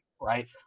right